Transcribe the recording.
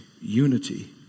unity